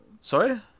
Sorry